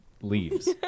leaves